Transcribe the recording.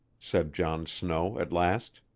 said john snow at last.